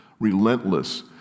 Relentless